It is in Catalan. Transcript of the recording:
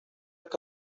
que